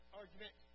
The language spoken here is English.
argument